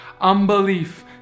Unbelief